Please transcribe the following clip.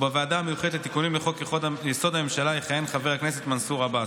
בוועדה המיוחדת לתיקונים לחוק-יסוד: הממשלה יכהן חבר הכנסת מנסור עבאס.